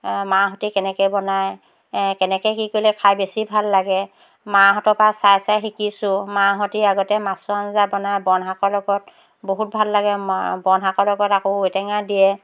মাহঁতে কেনেকৈ বনায় কেনেকৈ কি কৰিলে খাই বেছি ভাল লাগে মাহঁতৰ পৰা চাই চাই শিকিছোঁ মাহঁতে আগতে মাছৰ অঞ্জা বনায় বনশাকৰ লগত বহুত ভাল লাগে মা বনশাকৰ লগত আকৌ ঔটেঙা দিয়ে